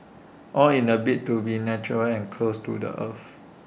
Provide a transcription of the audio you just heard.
all in A bid to be natural and close to the earth